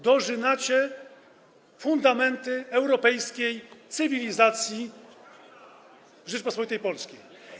dorzynacie fundamenty europejskiej cywilizacji Rzeczypospolitej Polskiej.